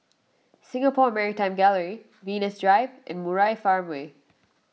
Singapore Maritime Gallery Venus Drive and Murai Farmway